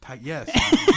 Yes